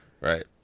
Right